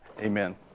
Amen